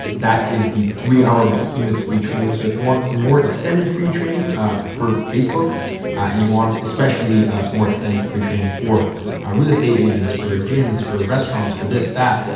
that is the three hour behemoths free training. so if you want some more extended free training um for facebook and you want especially some more extended free training for our real estate agents, for gyms, for restaurants, for this that